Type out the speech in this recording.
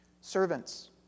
Servants